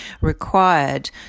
required